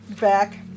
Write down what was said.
back